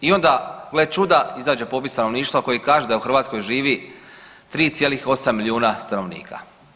I onda gle čuda izađe popis stanovništva koji kaže da u Hrvatskoj živi 3,8 milijuna stanovnika.